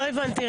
לא הבנתי,